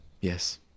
Yes